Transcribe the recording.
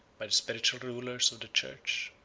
by the spiritual rulers of the church.